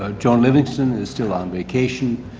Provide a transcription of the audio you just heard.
ah john livingstone is still on vacation.